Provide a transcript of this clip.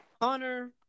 connor